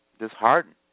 disheartened